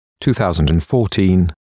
2014